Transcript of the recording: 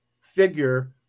figure